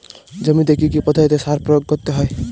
জমিতে কী কী পদ্ধতিতে সার প্রয়োগ করতে হয়?